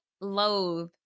loathe